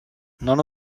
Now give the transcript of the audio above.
none